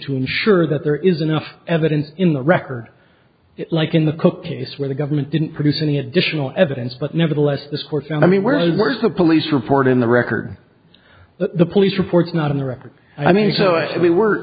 to ensure that there is enough evidence in the record like in the cook case where the government didn't produce any additional evidence but nevertheless the source i mean where is worse a police report in the record but the police report not in the record i mean so i mean we're